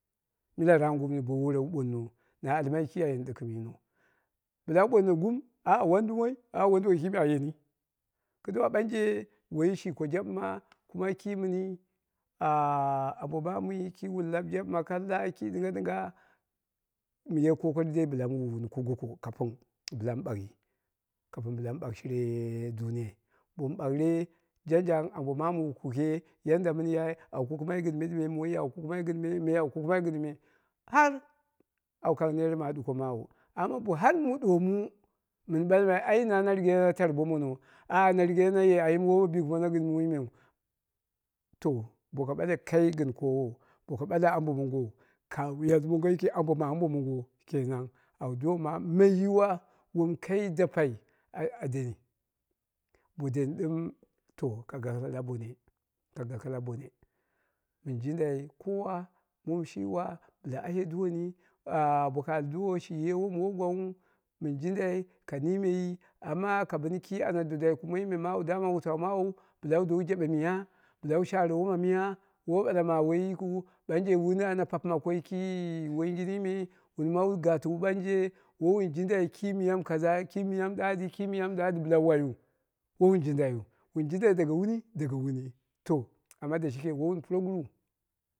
Mila raap gumni bowu wore wu ɓoono na almai ki a yen ɗɨgɨm yino, ɓɨla wu ɓoono gum ah wandumoi ah wondowoi kime a yeni kɨduwa ɓanje woiyi shi ko jaɓɨma, kimɨni ambo maama yi ah wun lab jaɓɨma kalla anya ki ɗɨnga ɗɨnga mɨ ye kokari dai bɨla mɨ wi wuni ko goko kapin bɨlam ɓawi kapin mɨ bagh shire duniyar bomu ɓaure jangjang ambo mamu wu kuke yadda mɨn yai awu kuku mai gɨn mɨni me au kukɨmai gɨn mɨni, me au kukɨmai gɨn mɨni har au kang net ma ɗuko maawu bo har mu ɗuwo mu mun ɓalmai ai na na rigono na tar bo mono, ah na rigono naye ayim woi bikɨmono gɨn muimeiu to boko ɓale ambo mongou, kaghiyan mongo yiki ambo ma ambo mongo au domma mai yiwu wa wom kai dapai a deni bo deni ɗɨm ka gako la bone, mɨn jindai kowa mɨ shi wa bɨla aye duwoni baa boko al duworo shi wom woi gwangnghu mɨn jindai ka mi meyi amma ka bɨni ki ana dwadwai kuma, me wutau maawu bɨla wu dowu jaɗe miya bɨla wu share miya woi ɓala ma woi yikiu ɓanje wuni ana papima koi ki woiyingini me wuni ma wu gatiwu ɓanje woi wun jindai ki miyam kaza ki miyam ɗa ɗiki miya mɨ ɗa diu bɨla wu waiyu, wun jindai daga wuni ɗɨm wuni to amma da shike woi wun puroguru